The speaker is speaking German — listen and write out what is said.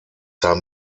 haben